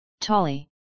Tolly